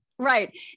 Right